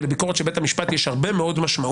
ולביקורת של בית המשפט יש הרבה משמעות,